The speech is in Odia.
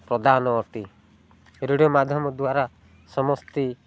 ପ୍ରଦାନ ଅଟେ ରେଡ଼ିଓ ମାଧ୍ୟମ ଦ୍ୱାରା ସମସ୍ତେ